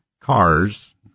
cars